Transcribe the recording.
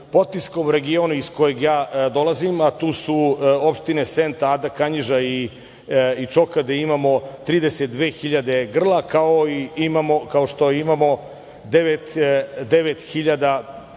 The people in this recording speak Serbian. Potiskom regionu, iz kojeg ja dolazim, a tu su opštine Senta, Ada, Kanjiža i Čoka, gde imamo 32 hiljade grla, kao i što imamo oko 9.000